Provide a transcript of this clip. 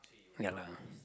ya lah